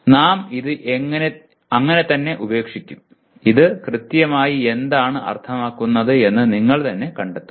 നാം ഇത് ഇങ്ങനെ തന്നെ ഉപേക്ഷിക്കും ഇത് കൃത്യമായി എന്താണ് അർത്ഥമാക്കുന്നത് എന്ന് നിങ്ങൾ തന്നെ കണ്ടെത്തുക